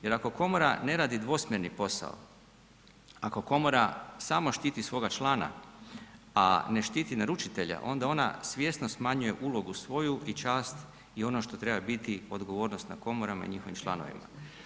Jer ako komora ne radi dvosmjerni posao, ako komora samo štiti svoga člana, a ne štiti naručitelja onda ona svjesno smanjuje ulogu svoju i čast i ono što treba biti odgovornost na komorama i njihovim članovima.